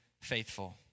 faithful